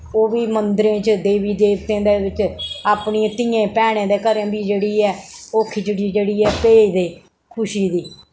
ओह् बी मंदरें च देवी देवतें दे बिच अपनियें धीयें भैनें दे घरें बी जेह्ड़ी ऐ ओह् खिचड़ी जेह्ड़ी ऐ भेजदे खुशी दी